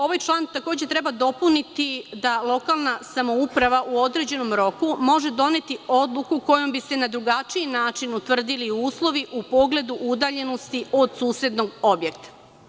Ovaj član takođe treba dopuniti, da lokalna samouprava u određenom roku može doneti odluku kojom bi se na drugačiji način utvrdili uslovi u pogledu udaljenosti od susednog objekta.